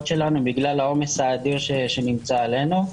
שלנו בגלל העומס האדיר שנמצא עלינו.